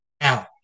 now